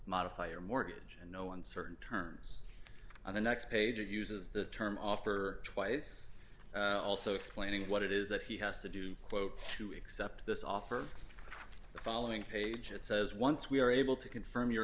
modify your mortgage and no uncertain terms on the next page uses the term offer twice also explaining what it is that he has to do to accept this offer of following page it says once we are able to confirm your